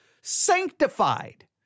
sanctified